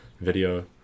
video